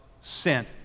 sin